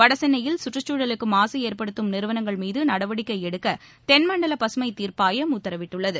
வடசென்னையில் சுற்றுச்சூழலுக்குமாசுஏற்படுத்தும் நிறுவனங்கள் மீதுநடவடிக்கைஎடுக்கதென்மண்டலபசுமைத் தீர்ப்பாயம் உத்தரவிட்டுள்ளது